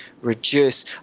reduce